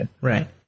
right